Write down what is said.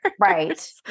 Right